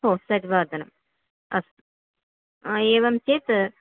हो षड्वादनम् अस्तु एवं चेत्